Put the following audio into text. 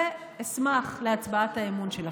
ואשמח להצבעת האמון שלכם.